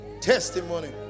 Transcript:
testimony